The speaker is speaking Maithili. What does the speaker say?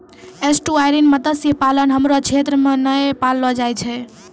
एस्टुअरिन मत्स्य पालन हमरो क्षेत्र मे नै पैलो जाय छै